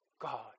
God